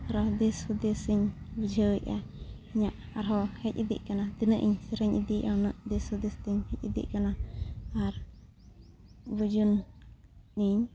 ᱟᱨᱦᱚᱸ ᱫᱤᱥ ᱦᱩᱫᱮᱥ ᱤᱧ ᱵᱩᱡᱷᱟᱹᱣᱮᱫᱼᱟ ᱤᱧᱟᱹᱜ ᱟᱨᱦᱚᱸ ᱦᱮᱡ ᱤᱫᱤᱜ ᱠᱟᱱᱟ ᱛᱤᱱᱟᱹᱜ ᱤᱧ ᱥᱮᱨᱮᱧ ᱤᱫᱤᱭᱮᱜᱼᱟ ᱩᱱᱟᱹᱜ ᱫᱤᱥ ᱦᱩᱫᱮᱥ ᱛᱤᱧ ᱦᱮᱡ ᱤᱫᱤᱜ ᱠᱟᱱᱟ ᱟᱨ ᱵᱚᱡᱩᱱ ᱤᱧ